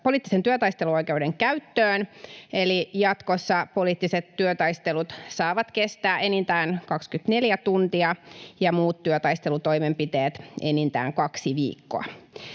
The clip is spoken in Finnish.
poliittisen työtaisteluoikeuden käyttöön, eli jatkossa poliittiset työtaistelut saavat kestää enintään 24 tuntia ja muut työtaistelutoimenpiteet enintään kaksi viikkoa.